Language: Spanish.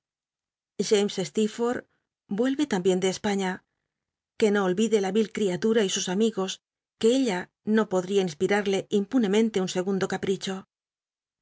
yuehe tambien de espaiía que no olvide la ril criatura y sus amigos que ella no odria inspirarle impunemente un segundo capl'icho